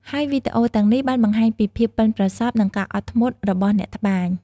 ហើយវីដេអូទាំងនេះបានបង្ហាញពីភាពប៉ិនប្រសប់ និងការអត់ធ្មត់របស់អ្នកត្បាញ។